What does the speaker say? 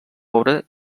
obra